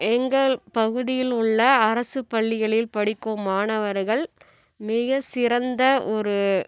எங்கள் பகுதியில் உள்ள அரசு பள்ளிகளில் படிக்கும் மாணவர்கள் மிக சிறந்த ஒரு